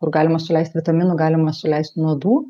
kur galima suleist vitaminų galima suleist nuodų